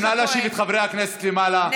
נא להושיב את חברי הכנסת למעלה,